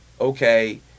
okay